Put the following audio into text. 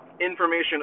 information